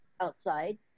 outside